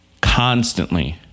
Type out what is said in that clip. constantly